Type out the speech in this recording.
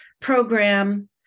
program